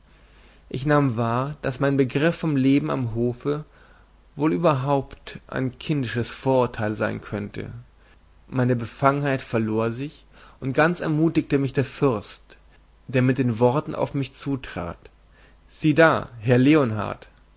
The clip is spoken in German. ich nahm wahr daß mein begriff vom leben am hofe wohl überhaupt ein kindisches vorurteil sein könne meine befangenheit verlor sich und ganz ermutigte mich der fürst der mit den worten auf mich zutrat sieh da herr leonard